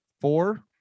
four